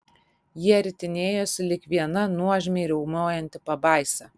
jie ritinėjosi lyg viena nuožmiai riaumojanti pabaisa